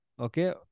okay